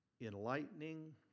enlightening